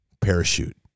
parachute